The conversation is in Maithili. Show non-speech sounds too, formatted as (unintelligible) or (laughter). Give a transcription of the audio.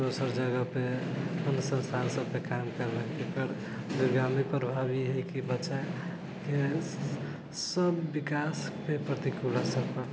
दोसर जगह पे (unintelligible) काम करलक एकर दूरगामी प्रभाव ई है की बच्चा के सब विकास पे प्रतिकूल असर परते